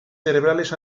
cerebrales